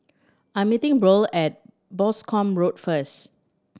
I'm meeting Burl at Boscombe Road first